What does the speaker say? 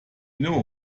know